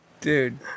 dude